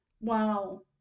Wow